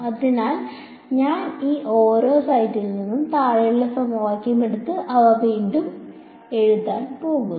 അതിനാൽ ഞാൻ ഈ ഓരോ സെറ്റിൽ നിന്നും താഴെയുള്ള സമവാക്യം എടുത്ത് അവ വീണ്ടും എഴുതാൻ പോകുന്നു